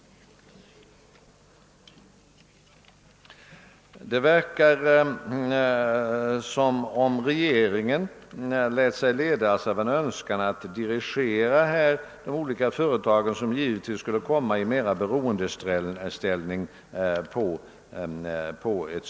Det verkar som om regeringen lät sig ledas av en önskan att dirigera företagen, som genom sådant stöd givetvis kommer i en starkare beroendeställning.